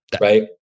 Right